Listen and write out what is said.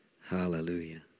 hallelujah